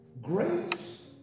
Grace